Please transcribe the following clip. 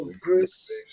grace